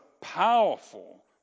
powerful